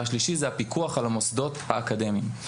והשלישי זה הפיקוח על המוסדות האקדמיים.